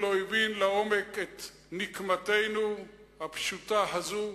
לא הבין לעומק את נקמתנו הפשוטה הזאת,